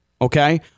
okay